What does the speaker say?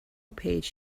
page